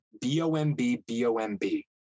B-O-M-B-B-O-M-B